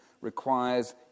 requires